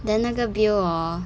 then 那个 bill hor